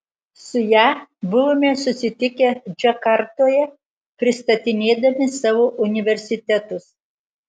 su ja buvome susitikę džakartoje pristatinėdami savo universitetus